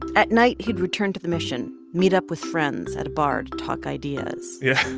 at night, he'd return to the mission, meet up with friends at a bar to talk ideas yeah